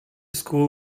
school